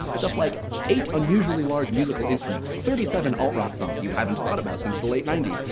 stuff like eight unusually large musical instruments. thirty seven alt rock songs you haven't thought about since the late ninety s.